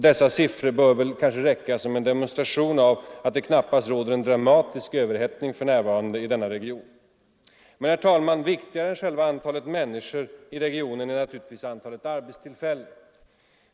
Dessa siffror bör kanske räcka som en demonstration av att det knappast råder en dramatisk överhettning för närvarande i denna region. Men, herr talman, viktigare än själva antalet människor i regionen är naturligtvis antalet arbetstillfällen.